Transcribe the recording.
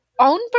own